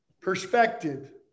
perspective